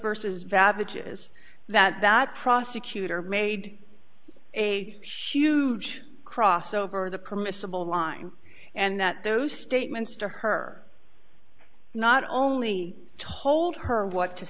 is that that prosecutor made a huge cross over the permissible line and that those statements to her not only told her what to